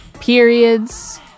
periods